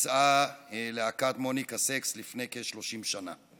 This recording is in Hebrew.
וביצעה להקת מוניקה סקס לפני כ-30 שנה: